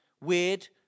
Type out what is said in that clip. weird